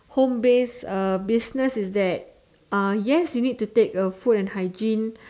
home based uh business is that uh yes you need to take a food and hygiene